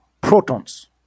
protons